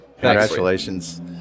Congratulations